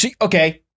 okay